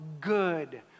good